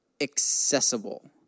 accessible